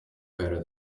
better